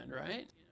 right